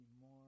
more